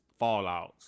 fallouts